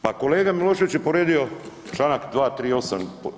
Pa kolega Milošević je povrijedio Članak 238.